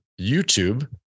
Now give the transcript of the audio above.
YouTube